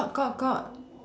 got got got